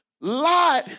Lot